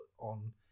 on